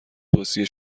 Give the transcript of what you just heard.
توصیه